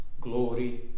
glory